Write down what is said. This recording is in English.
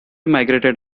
migrated